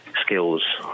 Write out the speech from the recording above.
skills